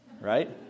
right